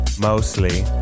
Mostly